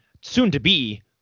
soon-to-be